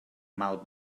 mal